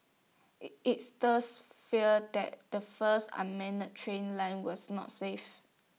IT it stirred fears that the first unmanned train line was not safe